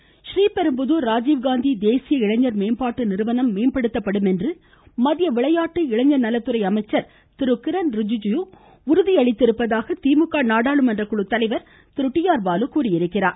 D R Balu Sriperumbudur Rajiv Gandhi தேசிய இளைஞர் மேம்பாட்டு நிறுவனம் மேம்படுத்தப்படும் என்று மத்திய விளையாட்டு இளைஞர் நலத்துறை அமைச்சர் திரு கிரண் ரிஜுஜு உறுதி அளித்திருப்பதாக திமுக நாடாளுமன்ற குழு தலைவர் திரு டி ஆர் பாலு தெரிவித்தார்